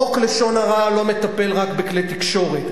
חוק לשון הרע לא מטפל רק בכלי תקשורת,